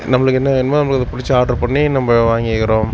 நம்மளுக்கு என்ன வேணுமோ நம்மளுக்கு படிச்ச ஆர்டர் பண்ணி நம்ம வாங்கிக்குறோம்